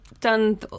done